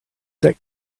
that